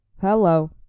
hello